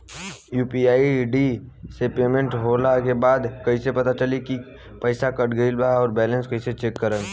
UPI ID से payment होला के बाद कइसे पता चली की पईसा कट गएल आ बैलेंस कइसे चेक करम?